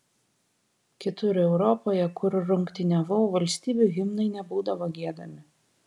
kitur europoje kur rungtyniavau valstybių himnai nebūdavo giedami